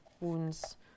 wounds